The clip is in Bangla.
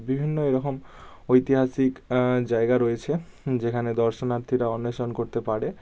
বিভিন্ন এরকম ঐতিহাসিক জায়গা রয়েছে যেখানে দর্শনার্থীরা অন্বেষণ করতে পারে